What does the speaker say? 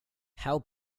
how